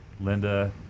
Linda